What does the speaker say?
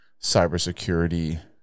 cybersecurity